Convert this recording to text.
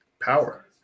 Power